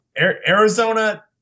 Arizona